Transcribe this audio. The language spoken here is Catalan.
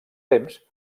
temps